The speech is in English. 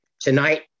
Tonight